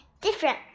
Different